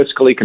fiscally